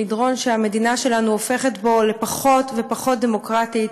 במדרון שהמדינה שלנו הופכת בו לפחות ופחות דמוקרטית,